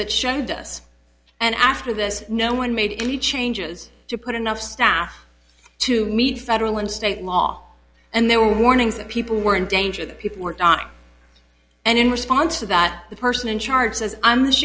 that showed us and after this no one made any changes to put enough staff to meet federal and state law and there were warnings that people were in danger that people weren't on and in response to that the person in charge says i'm